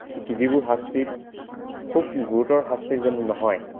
যিবোৰ শাস্তিত খুব গুৰুতৰ শাস্তি যেন নহয়